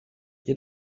ihr